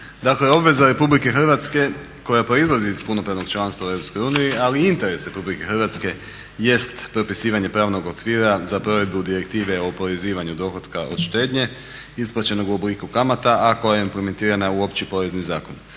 obveza RH koja proizlazi iz punopravnog članstva u EU ali i interes RH jest propisivanje pravnog okvira za provedbu direktive o oporezivanju dohotka od štednje isplaćenog u obliku kamata a koja je implementirana u Opći porezni zakon.